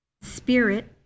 Spirit